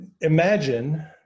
Imagine